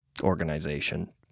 organization